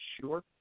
sure